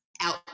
out